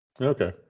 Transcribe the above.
Okay